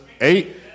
eight